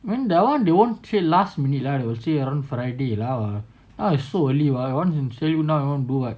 I mean that [one] they wouldn't say last minute lah they will say around friday lah now is so early now I want to show you now I want to do what